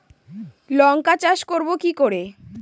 লঙ্কা চাষ করব কি করে?